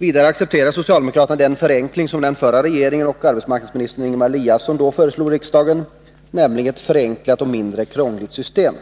Vidare accepterar socialdemokraterna den förenkling som den förra regeringen och arbetsmarknadsministern Ingemar Eliasson då föreslog i riksdagen, nämligen ett förenklat och mindre krångligt system.